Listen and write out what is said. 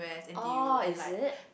oh is it